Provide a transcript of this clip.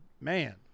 man